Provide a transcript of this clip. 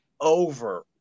over